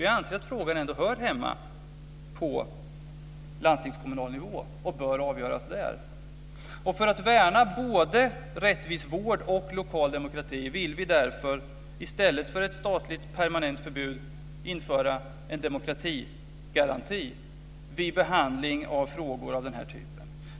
Vi anser att frågan ändå hör hemma på landstingskommunal nivå och bör avgöras där. För att värna både rättvis vård och lokal demokrati vill vi därför i stället för ett permanent statligt förbud införa en demokratigaranti vid behandling av frågor av den här typen.